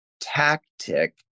tactic